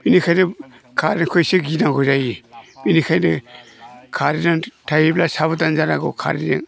बिनिखायनो कारेन्टखौ एसे गिनांगौ जायो बिनिखायनो कारेन्टआ थायोब्ला साबदान जानांगौ कारेन्टजों